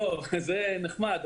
זה נחמד.